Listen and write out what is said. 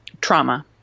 trauma